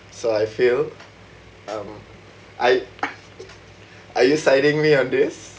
so I feel um I are you siding me on this